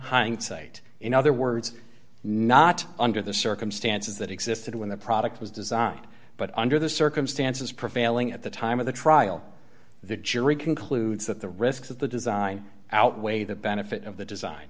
hindsight in other words not under the circumstances that existed when the product was designed but under the circumstances prevailing at the time of the trial the jury concludes that the risks of the design outweigh the benefit of the design